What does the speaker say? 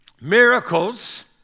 miracles